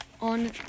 on